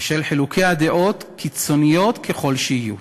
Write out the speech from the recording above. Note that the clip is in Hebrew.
בשל חילוקי דעות, קיצוניות ככל שיהיו.